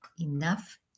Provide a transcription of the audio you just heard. Enough